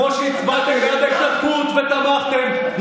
כמו שהצבעתם בעד ההתנתקות ותמכתם,